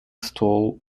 stool